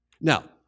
Now